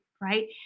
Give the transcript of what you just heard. right